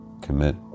commit